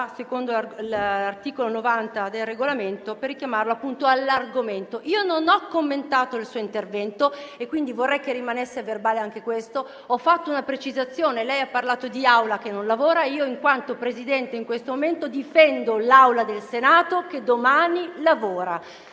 secondo l'articolo 90 del Regolamento. Io non ho commentato il suo intervento e vorrei che rimanesse a verbale anche questo. Ho fatto una precisazione. Lei ha parlato di Aula che non lavora e io, in quanto Presidente in questo momento, difendo l'Aula del Senato, che domani lavora.